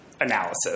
analysis